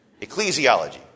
Ecclesiology